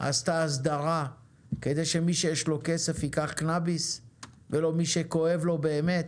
עשתה הסדרה כדי שמי שיש לו כסף ייקח קנביס ולא מי שכואב לו באמת?